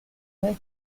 vez